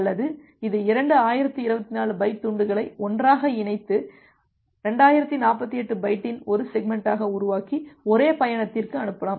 அல்லது இது இரண்டு 1024 பைட் துண்டுகளை ஒன்றாக இணைத்து 2048 பைட்டின் ஒரு செக்மெண்ட்டாக உருவாக்கி ஒரே பயணத்திற்கு அனுப்பலாம்